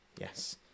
yes